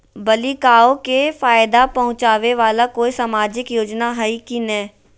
बालिकाओं के फ़ायदा पहुँचाबे वाला कोई सामाजिक योजना हइ की नय?